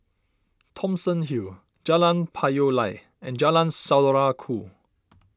Thomson Hill Jalan Payoh Lai and Jalan Saudara Ku